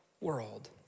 world